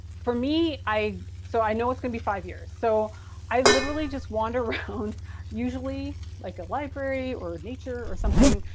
for me, i so i know it's gonna be five years, so i literally just wander around usually like a library or nature or something,